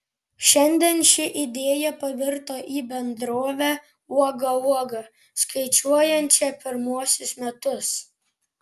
šiandien ši idėja pavirto į bendrovę uoga uoga skaičiuojančią pirmuosius metus